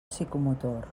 psicomotor